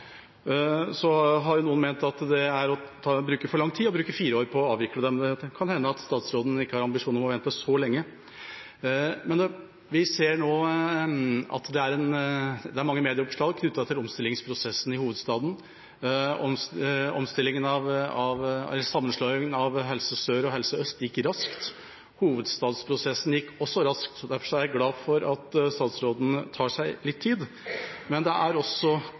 Så har noen ment at det er å bruke for lang tid å bruke fire år på å avvikle dem. Det kan hende at statsråden ikke har ambisjoner om å vente så lenge. Vi ser nå at det er mange medieoppslag knyttet til omstillingsprosessen i hovedstaden. Sammenslåingen av Helse Sør og Helse Øst gikk raskt. Hovedstadsprosessen gikk også raskt. Derfor er jeg glad for at statsråden tar seg litt tid. Men det er også